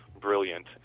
brilliant